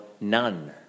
none